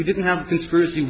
you didn't have conspiracy